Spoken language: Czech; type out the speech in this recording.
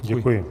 Děkuji.